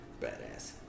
Badass